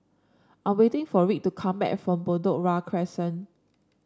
I'm waiting for Wright to come back from Bedok Ria Crescent